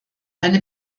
eine